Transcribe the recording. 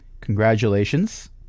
Congratulations